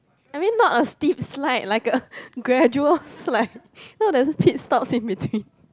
I mean not a steep slide like a gradual slide no there's this pit stops in between